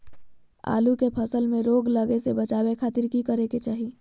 आलू के फसल में रोग लगे से बचावे खातिर की करे के चाही?